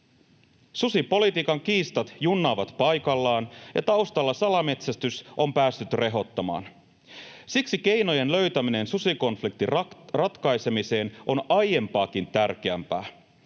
Susipolitiikan kiistat junnaavat paikallaan, ja taustalla salametsästys on päässyt rehottamaan. Siksi keinojen löytäminen susikonfliktin ratkaisemiseen on aiempaakin tärkeämpää.